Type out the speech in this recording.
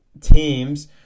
teams